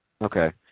Okay